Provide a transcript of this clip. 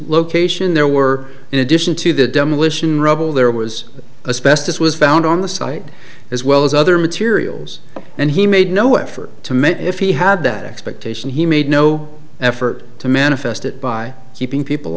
location there were in addition to the demolition rubble there was a specialist was found on the site as well as other materials and he made no effort to make if he had that expectation he made no effort to manifest it by keeping people